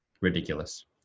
Ridiculous